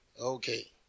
Okay